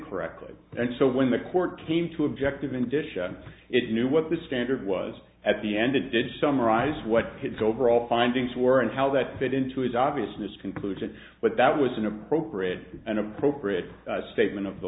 incorrectly and so when the court came to objective in addition it knew what the standard was at the end it did summarize what kids overall findings were and how that fit into his obviousness conclusion but that was inappropriate and appropriate statement of the